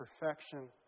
perfection